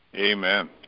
Amen